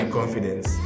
Confidence